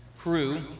crew